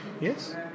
Yes